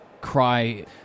cry